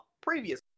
previously